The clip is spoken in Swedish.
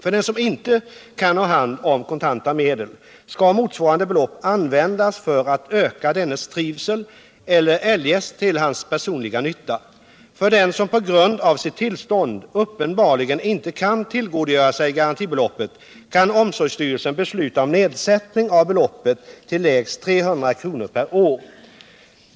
För den som inte kan ha hand om kontanta medel skall motsvarande belopp användas för att öka dennes trivsel eller eljest till hans personliga nytta. För den som på grund av sitt tillstånd uppenbarligen inte kan tillgodogöra sig garantibeloppet kan omsorgsstyrelsen besluta om nedsättning av beloppet till lägst 300 kr. per år.